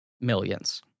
Millions